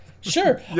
Sure